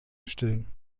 stillen